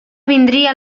vindria